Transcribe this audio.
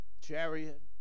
chariot